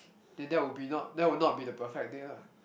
then that would be not that would not be the perfect date lah